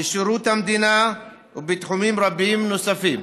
בשירות המדינה ובתחומים רבים נוספים.